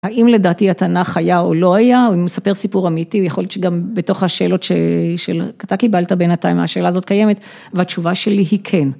האם לדעתי התנ״ך היה או לא היה, אם הוא מספר סיפור אמיתי, הוא יכול שגם בתוך השאלות שאתה קיבלת בינתיים, השאלה הזאת קיימת, והתשובה שלי היא כן.